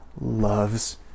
loves